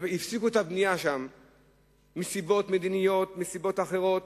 שהפסיקו את הבנייה שם מסיבות מדיניות או מסיבות אחרות,